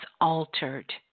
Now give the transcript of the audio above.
altered